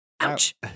Ouch